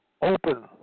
Open